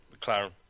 McLaren